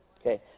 Okay